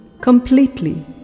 completely